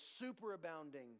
superabounding